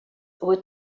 were